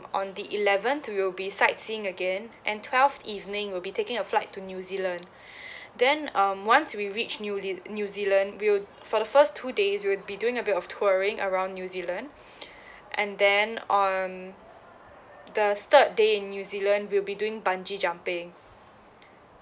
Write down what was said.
on the eleventh we will be sightseeing again and twelfth evening we'll be taking a flight to new zealand then um once we reached new la~ new zealand we'll for the first two days we'll be doing a bit of touring around new zealand and then on the third day in new zealand we'll be doing bungee jumping